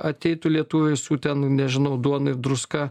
ateitų lietuviai su ten nežinau duona ir druska